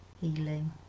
healing